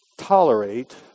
tolerate